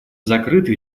закрытой